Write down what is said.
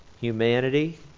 humanity